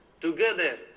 together